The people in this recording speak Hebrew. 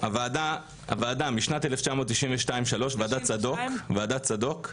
הוועדה משנת 1992-3, ועדת צדוק,